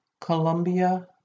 Colombia